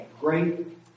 great